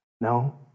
No